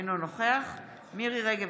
אינו נוכח מירי מרים רגב,